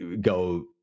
go